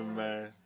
man